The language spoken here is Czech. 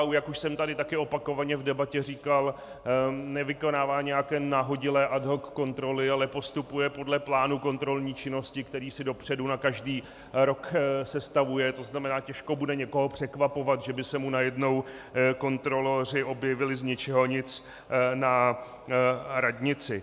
NKÚ, jak už jsem tady také opakovaně v debatě říkal, nevykonává nějaké nahodilé ad hoc kontroly, ale postupuje podle plánu kontrolní činnosti, který si dopředu na každý rok sestavuje, tzn. těžko bude někoho překvapovat, že by se mu najednou kontroloři objevili z ničeho nic na radnici.